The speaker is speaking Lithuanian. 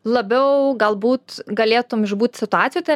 labiau galbūt galėtum išbūt situacijoj tai